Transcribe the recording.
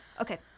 Okay